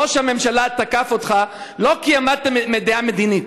ראש הממשלה תקף אותך לא כי אמרת דעה מדינית,